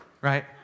Right